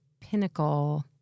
pinnacle